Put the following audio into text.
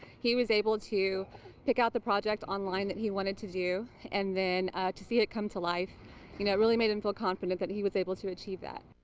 he able to pick out the project online that he wanted to do and then to see it come to life, you know it really made him feel confident that he was able to achieve that.